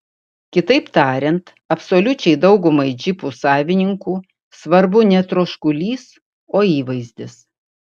kitaip tariant absoliučiai daugumai džipų savininkų svarbu ne troškulys o įvaizdis